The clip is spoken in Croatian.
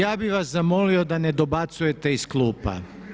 Ja bih vas zamolio da ne dobacujete iz klupa.